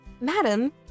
Madam